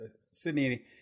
sydney